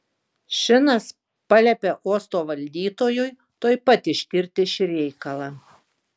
šinas paliepė uosto valdytojui tuoj pat ištirti šį reikalą